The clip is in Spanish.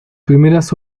primeras